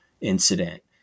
incident